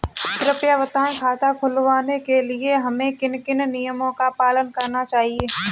कृपया बताएँ खाता खुलवाने के लिए हमें किन किन नियमों का पालन करना चाहिए?